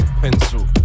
pencil